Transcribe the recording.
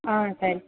ஆ சரி